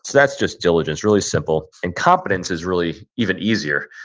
that's just diligence. really simple and competence is really even easier.